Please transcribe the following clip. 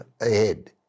ahead